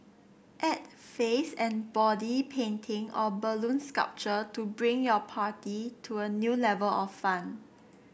add face and body painting or balloon sculpture to bring your party to a new level of fun